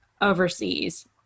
overseas